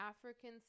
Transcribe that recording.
African